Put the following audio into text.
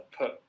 put